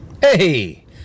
Hey